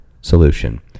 solution